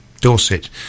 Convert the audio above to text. dorset